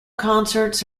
concerts